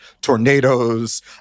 tornadoes